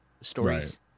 stories